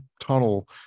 tunnel